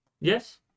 Yes